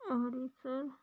Amritsar